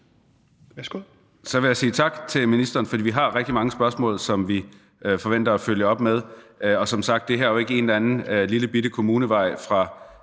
Værsgo.